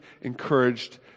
encouraged